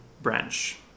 branch